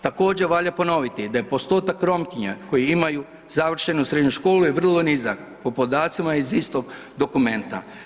Također valja ponoviti da postotak Romkinja koje imaju završenu srednju školu je vrlo nizak po podacima iz istog dokumenta.